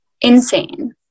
insane